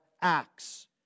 acts